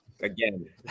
Again